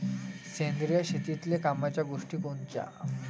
सेंद्रिय शेतीतले कामाच्या गोष्टी कोनच्या?